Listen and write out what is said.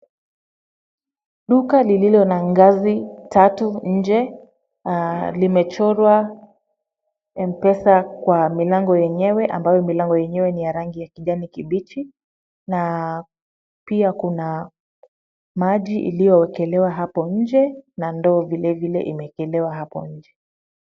Duka lililo na ngazi tatu nje, limechorwa M-pesa kwa milango yenyewe ambayo milango yenyewe ni ya rangi ya kijani kibichi na pia kuna maji iliyowekelewa hapo nje na ndoo vilevile imewekelewa hapo nje.